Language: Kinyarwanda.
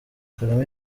kagame